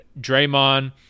Draymond